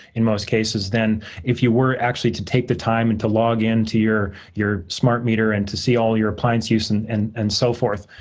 in most cases, than if you were actually to take the time and to log into your your smart meter and to see all of your appliance use and and and so forth.